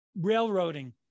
railroading